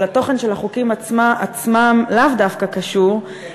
אבל התוכן של החוקים עצמם לאו דווקא קשור,